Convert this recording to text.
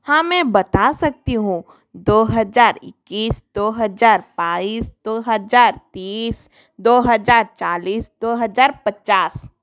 हाँ मैं बता सकती हूँ दो हज़ार इक्कीस दो हज़ार बाइस दो हज़ार तीस दो हज़ार चालीस दो हज़ार पचास